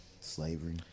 Slavery